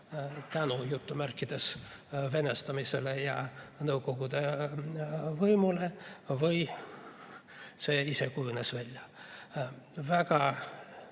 kas "tänu" venestamisele ja nõukogude võimule või see ise kujunes välja. Väga